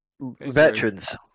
Veterans